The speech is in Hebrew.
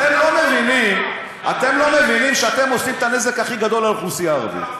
אתם לא מבינים שאתם עושים את הנזק הכי גדול לאוכלוסייה הערבית,